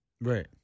Right